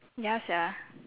ya sia